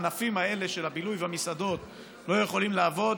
הענפים האלה של הבילוי והמסעדות לא יכולים לעבוד,